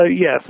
Yes